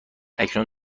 اکنون